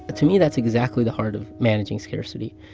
but to me, that's exactly the heart of managing scarcity.